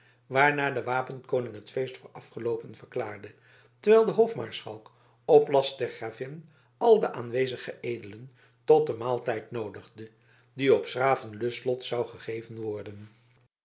waarna de wapenkoning het feest voor afgeloopen verklaarde terwijl de hofmaarschalk op last der gravin al de aanwezige edelen tot den maaltijd noodigde die op s graven lustslot zou gegeven worden